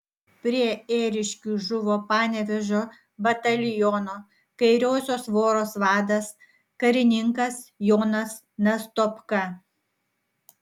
prie ėriškių žuvo panevėžio bataliono kairiosios voros vadas karininkas jonas nastopka